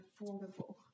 affordable